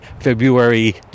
February